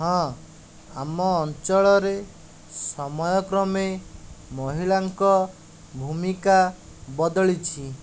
ହଁ ଆମ ଅଞ୍ଚଳରେ ସମୟକ୍ରମେ ମହିଳାଙ୍କ ଭୂମିକା ବଦଳିଛି